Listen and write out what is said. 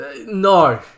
No